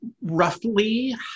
roughly